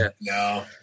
no